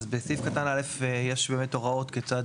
אז בסעיף קטן (א) יש באמת הוראות כיצד